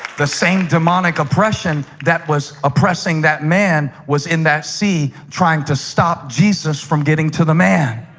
the same demonic oppression that was oppressing that man was in that sea trying to stop jesus from getting to the man